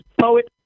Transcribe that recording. poet